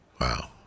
Wow